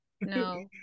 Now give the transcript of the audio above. no